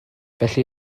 felly